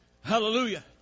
Hallelujah